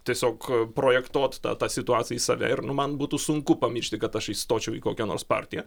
tiesiog projektuot tą tą situaciją į save ir nu man būtų sunku pamiršti kad aš įstočiau į kokią nors partiją